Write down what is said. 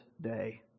day